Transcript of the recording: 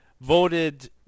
voted